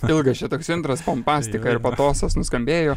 ilgas čia toks intras pompastika ir patosas nuskambėjo